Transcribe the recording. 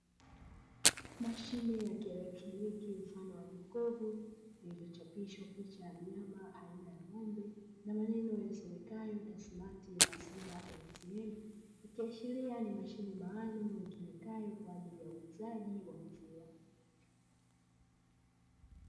Mashine ya kieletroniki mfano wa jokofu lililochapishwa picha ya mnyama aina ya ng'ombe na maneno yasomekayo "Tasmati maziwa ATM", ikiashiria ni mashine maalumu itumikayo kwa ajili ya uuzaji wa maziwa.